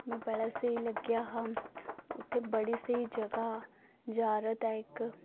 मिं बड़ा स्हेई लग्गेआ हा उत्थै बड़ी स्हेई जगह जिरायत है इक